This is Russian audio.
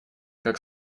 как